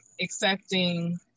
accepting